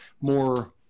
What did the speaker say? more